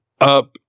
up